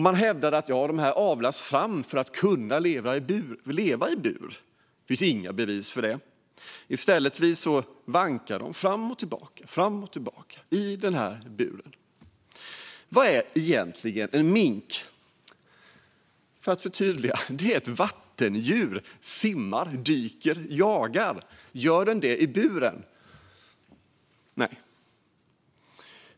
Man hävdar att de avlas fram för att kunna leva i bur. Det finns inga bevis för det. I stället vankar de fram och tillbaka, fram och tillbaka i den här buren. Vad är egentligen en mink? För att förtydliga: Det är ett vattendjur som simmar, dyker och jagar. Gör den det i buren? Nej.